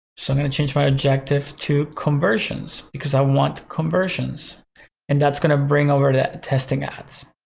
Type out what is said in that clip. so i'm gonna change my adjective to conversions because i want conversions and that's gonna bring over to that testing ads.